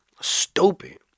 stupid